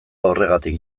horregatik